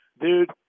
Dude